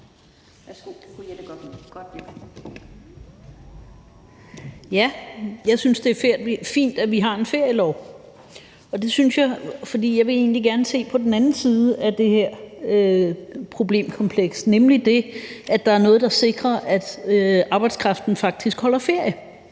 Jeg synes, det er fint, at vi har en ferielov, og det synes jeg, fordi jeg egentlig gerne vil se på den anden side af det her problemkompleks, nemlig det, at der er noget, der sikrer, at arbejdskraften faktisk holder ferie.